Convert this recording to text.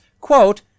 quote